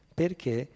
perché